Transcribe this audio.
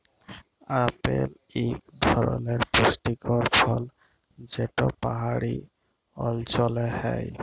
apple ইক ধরলের পুষ্টিকর ফল যেট পাহাড়ি অল্চলে হ্যয়